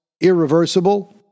irreversible